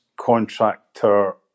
contractor